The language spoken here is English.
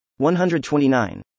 129